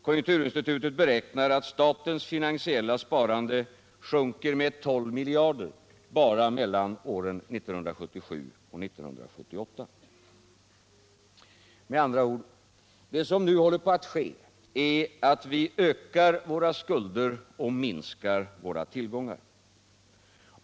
Konjunkturinstitutet beräknar att statens finansiella sparande sjunker med 12 miljarder kronor bara mellan åren 1977 och 1978. Med andra ord — det som nu håller på att ske är att vi ökar våra skulder och minskar våra tillgångar.